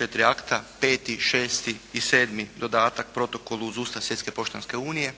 4 akta 5., 6. i 7. dodatak protokolu uz Ustav Svjetske poštanske unije,